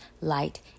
light